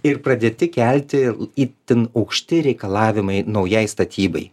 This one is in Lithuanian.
ir pradėti kelti itin aukšti reikalavimai naujai statybai